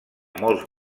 molts